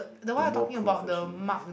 the one I talking about the mark